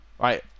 Right